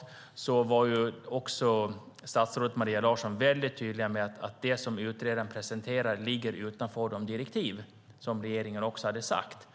den senaste utredningen var statsrådet Maria Larsson mycket tydlig med att det som utredaren presenterade låg utanför de direktiv som regeringen hade gett.